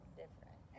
different